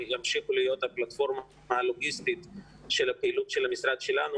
ימשיכו להיות הפלטפורמה הלוגיסטית של הפעילות של המשרד שלנו,